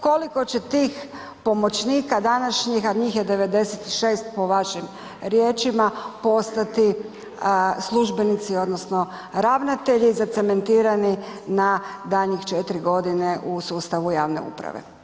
Koliko će tih pomoćnika današnjih, a njih je 96 po vašim riječima, postati službenici odnosno ravnatelji zacementirani na daljnjih 4 godine u sustavu javne uprave.